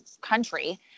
country